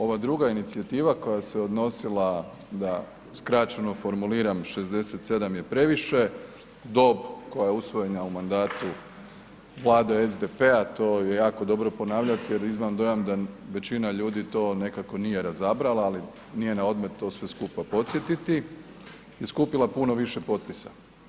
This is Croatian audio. Ova druga inicijativa koja se odnosila da, skraćeno formuliram, 67 je previše, dob koja je usvojena u mandatu Vlade SDP-a, to je jako dobro ponavljati jer imam dojam da većina ljudima to nekako nije razabrala, ali nije naodmet to sve skupa podsjetiti i skupila puno više potpisa.